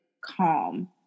calm